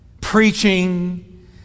preaching